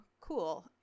cool